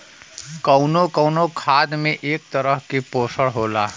कउनो कउनो खाद में एक तरीके के पोशन होला